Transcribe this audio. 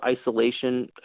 isolation